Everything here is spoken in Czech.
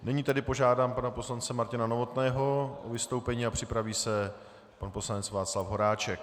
Nyní tedy požádám pana poslance Martina Novotného o vystoupení a připraví se pan poslanec Václav Horáček.